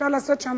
אפשר לעשות שם